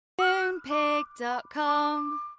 Moonpig.com